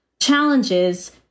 challenges